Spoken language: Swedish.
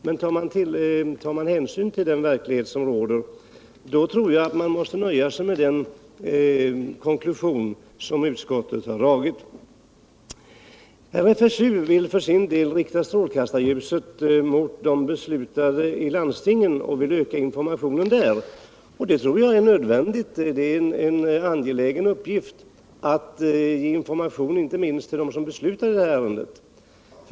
Men tar man hänsyn till den verklighet som råder, tror jag att man måste nöja sig med den konklusion som utskottet har dragit. RFSU vill för sin del rikta strålkastarljuset mot de beslutande i landstingen och öka informationen där. Det tror jag är nödvändigt. Det är en angelägen uppgift att ge information inte minst till dem som beslutar i ärendet.